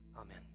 amen